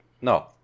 No